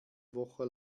woche